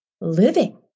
living